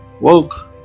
woke